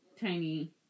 tiny